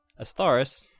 Astaris